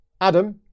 Adam